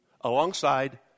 alongside